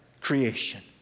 creation